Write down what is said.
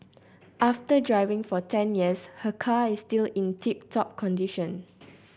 after driving for ten years her car is still in tip top condition